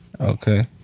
Okay